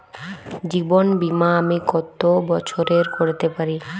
জীবন বীমা আমি কতো বছরের করতে পারি?